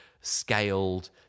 scaled